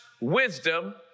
wisdom